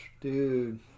Dude